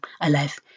alive